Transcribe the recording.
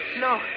No